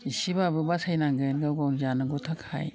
इसेबाबो बासायनांगोन गाव गावनि जानांगौ थाखाय